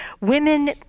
women